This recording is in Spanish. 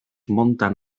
montan